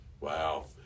Wow